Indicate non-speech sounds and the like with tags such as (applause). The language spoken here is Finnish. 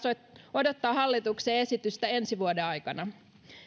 odottaa hallituksen esitystä ensi vuoden aikana (unintelligible)